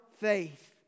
faith